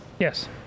Yes